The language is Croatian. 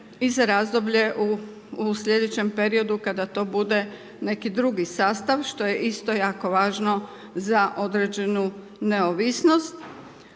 i za razdobljem u slijedećem periodu kada to bude neki drugi sastav što je isto jako važno za određenu neovisnost.